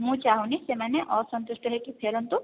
ମୁଁ ଚାହୁଁନି ସେମାନେ ଅସନ୍ତୁଷ୍ଟ ହୋଇକି ଫେରନ୍ତୁ